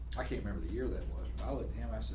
i can't remember the year that was i went to him. i said,